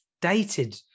dated